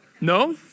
No